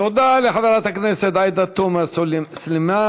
תודה לחברת הכנסת עאידה תומא סלימאן.